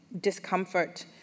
discomfort